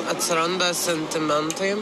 atsiranda sentimentai